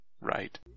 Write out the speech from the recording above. right